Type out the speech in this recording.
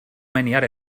menear